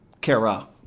Kara